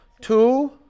Two